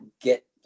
get